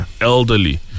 elderly